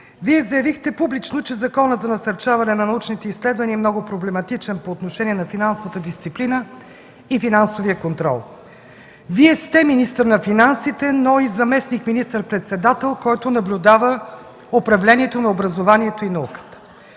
заявихте, че Законът за насърчаване на научните изследвания е много проблематичен по отношение на финансовата дисциплина и финансовия контрол. Вие сте министър на финансите, но и заместник министър-председател, който наблюдава управлението на образованието и науката.